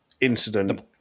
incident